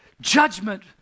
judgment